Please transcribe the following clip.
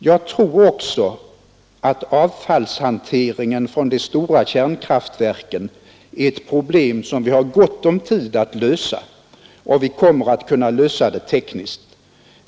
Jag tror också att avfallshanteringen från de stora kärnkraftverken är ett problem som vi har gott om tid att lösa, och vi kommer att kunna lösa det tekniskt.